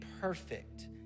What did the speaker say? perfect